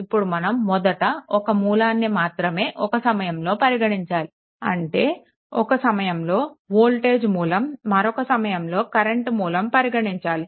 ఇప్పుడు మనం మొదట ఒక్క మూలాన్ని మాత్రమే ఒక సమయంలో పరిగణించాలి అంటే ఒక సమయంలో వోల్టేజ్ మూలం మరొక సమయంలో కరెంట్ మూలం పరిగణించాలి